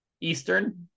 Eastern